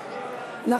להצבעה.